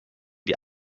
die